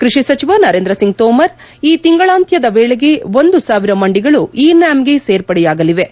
ಕೃಷಿ ಸಚಿವ ನರೇಂದ್ರ ಸಿಂಗ್ ತೋಮರ್ ಈತಿಂಗಳಾತ್ಯಂದ ವೇಳೆಗೆ ಒಂದು ಸಾವಿರ ಮಂಡಿಗಳು ಇ ನ್ಯಾಮ್ಗೆ ಸೇರ್ಪಡೆಯಾಗಲಿವೆ